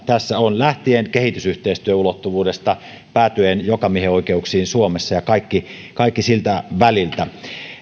tässä on kysymys lähtien kehitysyhteistyöulottuvuudesta ja päätyen jokamiehenoikeuksiin suomessa ja kaikesta siltä väliltä